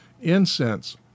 incense